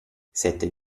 sette